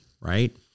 right